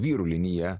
vyrų linija